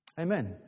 Amen